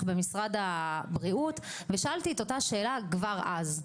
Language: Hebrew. במשרד הבריאות ושאלתי את אותה השאלה כבר אז.